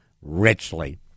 richly